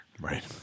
Right